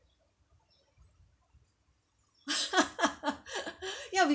ya we